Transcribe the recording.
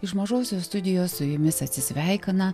iš mažosios studijos su jumis atsisveikina